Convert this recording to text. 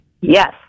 Yes